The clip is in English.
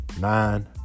nine